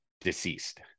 deceased